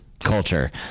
culture